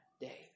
day